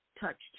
touched